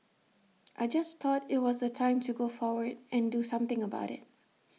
I just thought IT was the time to go forward and do something about IT